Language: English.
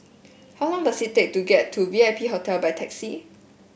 how long does it take to get to V I P Hotel by taxi